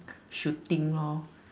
shooting lor